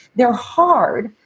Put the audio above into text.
they're hard,